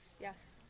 Yes